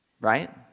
Right